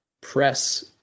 press